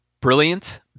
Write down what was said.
Brilliant